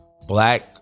black